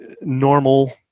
normal